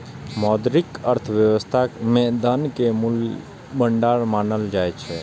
मौद्रिक अर्थव्यवस्था मे धन कें मूल्यक भंडार मानल जाइ छै